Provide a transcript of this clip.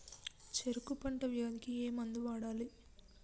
చెరుకు పంట వ్యాధి కి ఏ మందు వాడాలి?